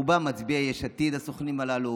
רובם מצביעי יש עתיד, הסוכנים הללו.